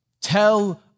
tell